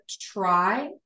try